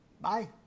Bye